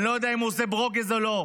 אני לא יודע אם הוא עושה ברוגז או לא,